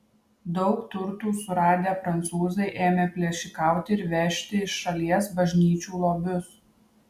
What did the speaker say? daug turtų suradę prancūzai ėmė plėšikauti ir vežti iš šalies bažnyčių lobius